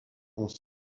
conseil